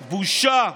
בושה,